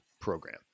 program